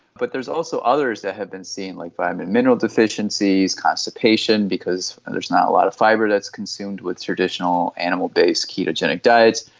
but there's also others that have been seen, like vitamin and mineral deficiencies, constipation because there's not a lot of fibre that's consumed with traditional animal-based ketogenic diets,